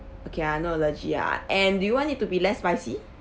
okay ah no allergy ah and do you want it to be less spicy